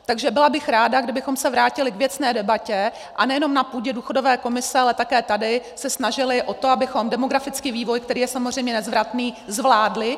Takže byla bych ráda, kdybychom se vrátili k věcné debatě, a nejenom na půdě důchodové komise, ale také tady se snažili o to, abychom demografický vývoj, který je samozřejmě nezvratný, zvládli.